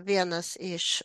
vienas iš